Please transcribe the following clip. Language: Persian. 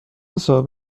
صاحب